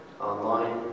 online